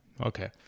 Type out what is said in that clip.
Okay